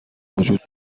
وجود